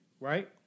right